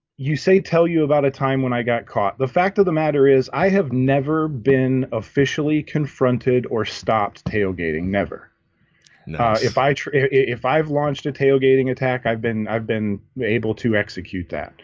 you say tell you about a time when i got caught the fact of the matter is i have never been officially confronted or stopped tailgating never know if i if i've launched a tailgating attack. i've been i've been able to execute that